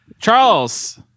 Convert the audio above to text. Charles